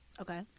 Okay